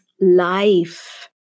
life